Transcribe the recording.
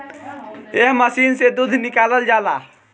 एह मशीन से दूध निकालल जाला